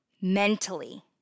mentally